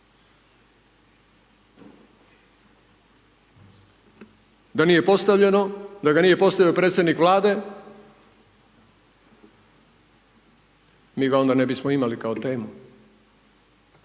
Da nije postavljeno, da ga nije postavio predsjednik Vlade, mi ga onda ne bismo imali kao temu.